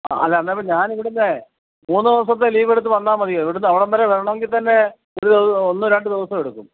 അല്ല എന്നാല് പിന്നെ ഞാൻ ഇവിടെനിന്ന് മൂന്ന് ദിവസത്തെ ലീവ് എടുത്ത് വന്നാല് മതിയോ ഇവിടെനിന്ന് അവിടെ വരെ വരണമെങ്കില്ത്തന്നെ ഒരു ഒന്നോ രണ്ടോ ദിവസമെടുക്കും